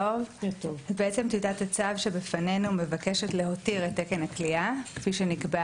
בעצם טיוטת הצו שבפנינו מבקשת להותיר את תקן הכליאה כפי שנקבע